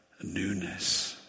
newness